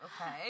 Okay